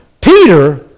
Peter